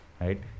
right